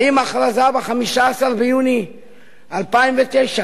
האם ההכרזה ב-15 ביוני 2009,